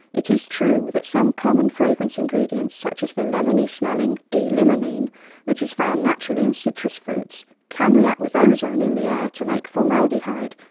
it is true that some common fragrance ingredients such as the lemony-smelling d-limonene which is found naturally in citrus fruits can react with ozone in the air to make formaldehyde,